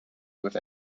with